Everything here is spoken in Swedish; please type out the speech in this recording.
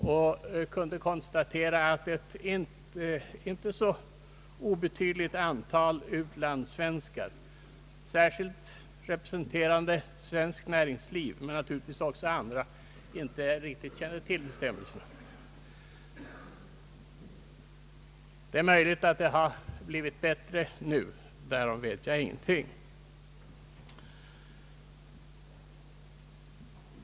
Jag kunde konstatera att ett icke obetydligt antal utlandssvenskar, särskilt sådana som representerade svenskt näringsliv men naturligtvis också andra, inte riktigt kände till bestämmelserna. Det är möjligt att det har blivit bättre nu, därom vet jag ingenting.